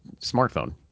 smartphone